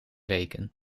weken